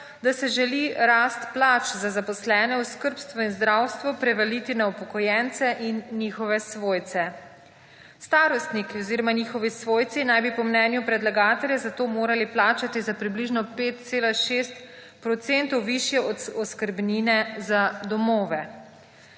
da se želi rast plač za zaposlene v skrbstvu in zdravstvu prevaliti na upokojence in njihove svojce. Starostnike oziroma njihovi svojci naj bi po mnenju predlagatelja, zato plačati za približno 5,6 % višje oskrbnine za domove.